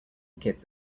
kids